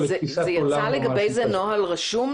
יצא לגבי זה נוהל רשום,